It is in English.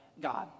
God